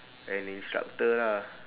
an instructor lah